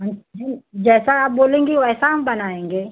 अच्छे जैसा आप बोलेंगी वैसा हम बनाएँगे